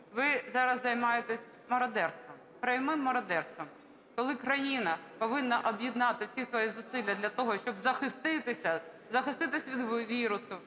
Ви зараз займаєтесь мародерством, прямим мародерством, коли країна повинна об'єднати всі свої зусилля для того, щоб захиститися,